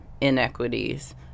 inequities